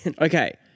Okay